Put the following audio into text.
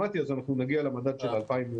הם עומדים על סף קריסה.